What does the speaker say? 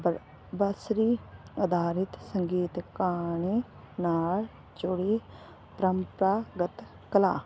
ਬਰ ਬਸਰੀ ਅਧਾਰਿਤ ਸੰਗੀਤ ਕਹਾਣੀ ਨਾਲ ਜੁੜੀ ਪਰੰਪਰਾਗਤ ਕਲਾ